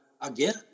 again